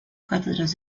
cátedras